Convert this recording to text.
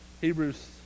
Hebrews